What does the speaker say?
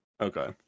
Okay